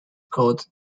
called